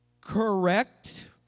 Correct